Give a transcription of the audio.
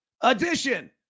edition